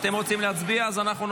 אתם רוצים להצביע,